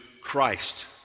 Christ